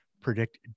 predict